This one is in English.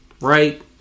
right